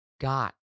got